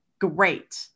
Great